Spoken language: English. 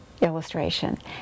illustration